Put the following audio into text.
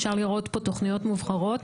אפשר לראות פה תוכניות מובחרות.